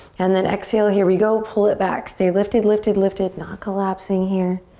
and then exhale. here we go, pull it back. stay lifted, lifted, lifted. not collapsing here.